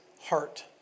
heart